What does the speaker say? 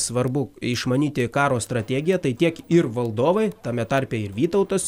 svarbu išmanyti karo strategiją tai tiek ir valdovai tame tarpe ir vytautas